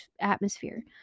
atmosphere